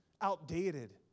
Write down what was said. outdated